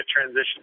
transition